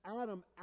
adam